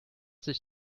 sich